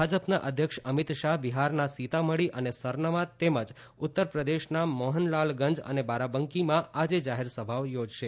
ભાજપના અધ્યક્ષ અમિત શાહ બિહારના સીતામઢી અને સરનમાં તેમજ ઉત્તરપ્રદેશના મોહનલાલગંજ તથા બારાબાંકીમાં આજે જાહેરસભાઓ યોજશે